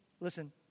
listen